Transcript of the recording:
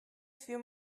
für